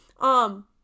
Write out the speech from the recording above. um-